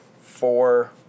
four